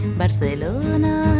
Barcelona